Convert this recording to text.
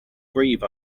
grieve